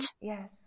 Yes